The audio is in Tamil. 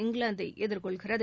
இங்கிலாந்தை எதிர்கொள்கிறது